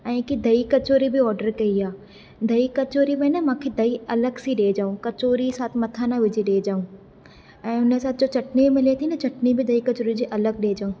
ऐं हिकु दही कचौड़ी बि आर्डर कई आहे दही कचौड़ी में न मूंखे दही अलॻि सी ॾिजाऊं कचौड़ी साथ मथां न विझी ॾिजाऊं ऐं हुनसां जो चटिनी मिले थी न चटिनी बि दही कचौड़ी जे अलॻि ॾिजाऊं